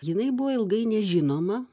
jinai buvo ilgai nežinoma